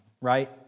right